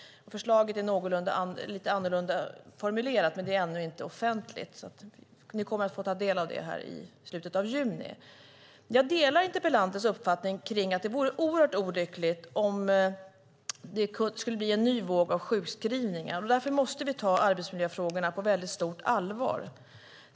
Förslaget är lite annorlunda formulerat, men det är ännu inte offentligt. Ni kommer att få ta del av det i slutet av juni. Jag delar interpellantens uppfattning att det vore oerhört olyckligt om det skulle bli en ny våg av sjukskrivningar. Därför måste vi ta arbetsmiljöfrågorna på väldigt stort allvar.